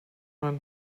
man